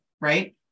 Right